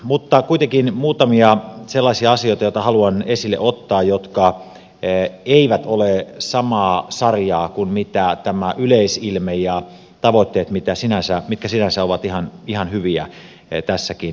mutta on kuitenkin muutamia sellaisia asioita joita haluan esille ottaa jotka eivät ole samaa sarjaa kuin tämä yleisilme ja tavoitteet mitkä sinänsä ovat ihan hyviä tässäkin paperissa